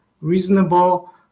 reasonable